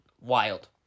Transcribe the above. Wild